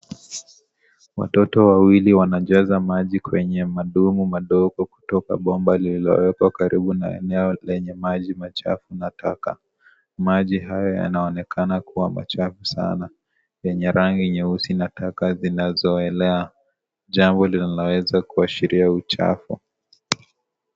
Watoto wawili wanajaza maji kwenye madumu madogo kutoka bomba lililowekwa karibu na eneo lenye maji machafu nataka. Maji haya yanaonekana kuwa machafu sana yenye rangi nyeusi na taka zinazoelea. Jambo linaweza kuashiria uchafu.